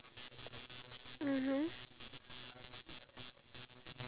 or maybe the government or people of higher authority